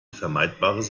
vermeidbares